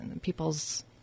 people's